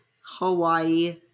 Hawaii